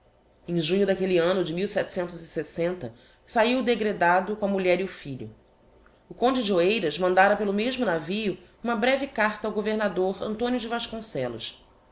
em junho d'aquelle anno de sahiu o degredado com a mulher e filho o conde de oeiras mandára pelo mesmo navio uma breve carta ao governador antonio de vasconcellos